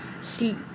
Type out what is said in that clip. sleep